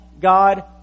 God